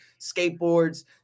skateboards